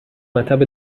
مطب